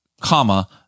comma